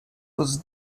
was